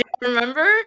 remember